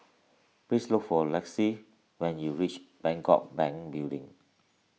please look for Lexie when you reach Bangkok Bank Building